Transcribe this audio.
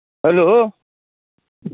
hello